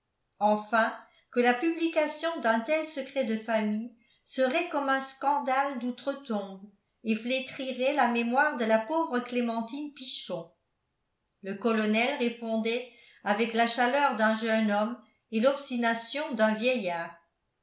enfin que la publication d'un tel secret de famille serait comme un scandale d'outre-tombe et flétrirait la mémoire de la pauvre clémentine pichon le colonel répondait avec la chaleur d'un jeune homme et l'obstination d'un vieillard